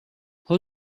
who